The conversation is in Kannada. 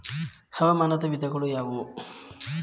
ಹವಾಮಾನದ ವಿಧಗಳು ಯಾವುವು?